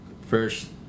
first